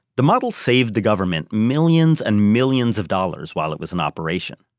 the model saved the government millions and millions of dollars while it was in operation,